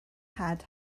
had